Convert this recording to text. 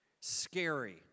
scary